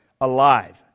alive